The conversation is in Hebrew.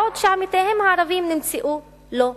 בעוד עמיתיהם הערבים נמצאו לא מתאימים?